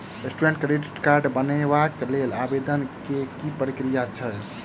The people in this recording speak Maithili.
स्टूडेंट क्रेडिट कार्ड बनेबाक लेल आवेदन केँ की प्रक्रिया छै?